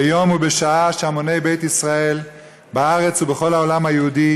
ביום ובשעה שהמוני בית ישראל בארץ ובכל העולם היהודי